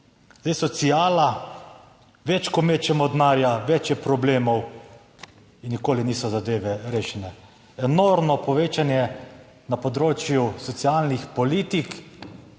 Zdaj, sociala, več ko mečemo denarja, več je problemov in nikoli niso zadeve rešene. Enormno povečanje na področju socialnih politik